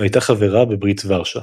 והייתה חברה בברית ורשה.